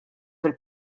fil